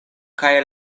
kaj